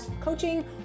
coaching